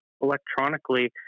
electronically